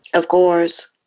of course.